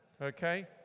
Okay